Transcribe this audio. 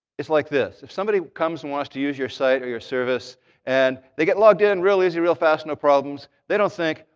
it's like this. if somebody comes and wants to use your site or your service and they get logged in real easy, real fast, no problems, they don't think,